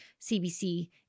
CBC